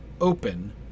open